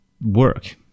work